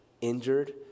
injured